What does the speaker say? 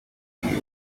iyi